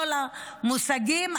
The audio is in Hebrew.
כל המושגים,